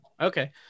Okay